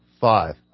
five